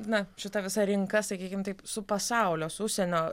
na šita visa rinka sakykim taip su pasaulio su užsienio